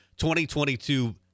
2022